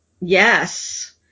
Yes